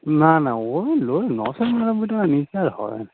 না ওই নশো নিরানব্বই টাকার নিচে আর হবে না